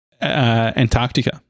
Antarctica